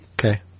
Okay